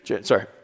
Sorry